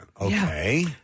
Okay